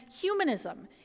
humanism